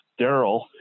daryl